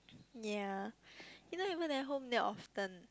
ya you know people went home very often